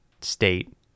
state